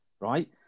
Right